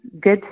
good